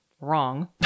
wrong